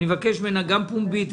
אני מבקש ממנה גם פומבית,